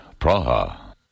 Praha